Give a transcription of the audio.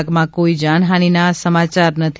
આગમાં કોઈ જાનહાનીના કોઈ સમાચાર નથી